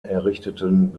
errichteten